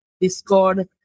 Discord